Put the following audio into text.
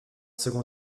seconde